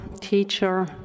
teacher